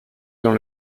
dans